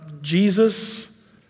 Jesus